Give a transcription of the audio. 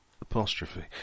apostrophe